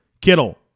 Kittle